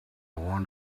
want